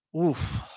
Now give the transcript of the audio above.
Oof